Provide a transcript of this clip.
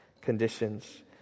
conditions